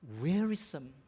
wearisome